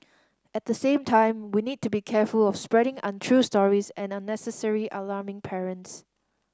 at the same time we need to be careful of spreading untrue stories and unnecessarily alarming parents